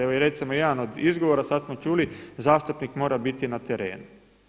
Evo recimo jedan od izgovora sada smo čuli, zastupnik mora biti na terenu.